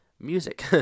music